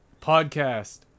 podcast